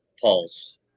pulse